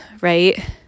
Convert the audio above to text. right